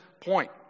point